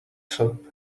soap